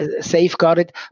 safeguarded